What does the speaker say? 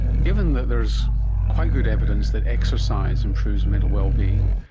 given that there is quite good evidence that exercise improves mental well-being,